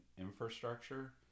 infrastructure